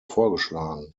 vorgeschlagen